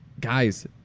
guys